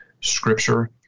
Scripture